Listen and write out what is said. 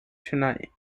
tonight